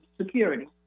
security